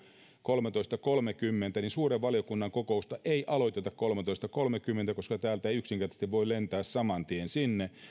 kolmetoista piste kolmekymmentä suuren valiokunnan kokousta ei aloiteta kolmetoista piste kolmekymmentä koska täältä ei yksinkertaisesti voi lentää saman tien sinne